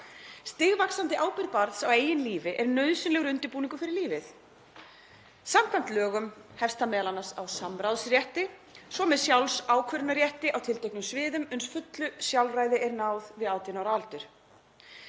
Stigvaxandi ábyrgð barns á eigin lífi er nauðsynlegur undirbúningur fyrir lífið. Samkvæmt lögum hefst það m.a. á samráðsrétti, svo með sjálfsákvörðunarrétti á tilteknum sviðum uns fullu sjálfræði er náð við 18 ára aldur.